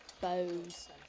bows